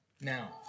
Now